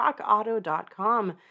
rockauto.com